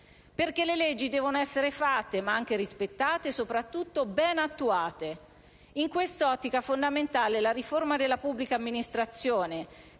perché le leggi devono essere fatte, ma anche rispettate e soprattutto ben attuate. In questa ottica fondamentale è la riforma della pubblica amministrazione,